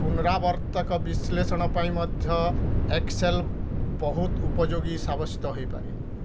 ପୁନରାବର୍ତ୍ତକ ବିଶ୍ଳେଷଣ ପାଇଁ ମଧ୍ୟ ଏକ୍ସେଲ୍ ବହୁତ ଉପଯୋଗୀ ସାବ୍ୟସ୍ତ ହୋଇପାରେ